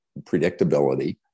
predictability